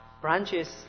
branches